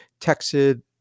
texted